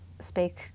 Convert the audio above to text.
speak